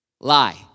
Lie